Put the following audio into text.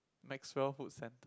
Maxwell food centre